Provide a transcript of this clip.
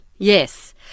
Yes